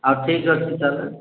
ହଉ ଠିକ୍ ଅଛି